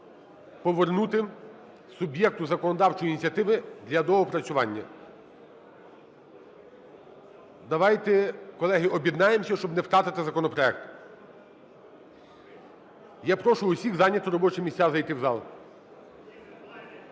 повернути суб'єкту законодавчої ініціативи для доопрацювання. Давайте, колеги, об'єднаємося, щоб не втратити законопроект. Я прошу усіх зайняти робочі місця і зайти в зал.